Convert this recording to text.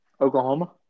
Oklahoma